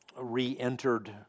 re-entered